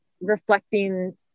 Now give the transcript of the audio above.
reflecting